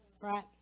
right